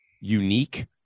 unique